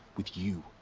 with you.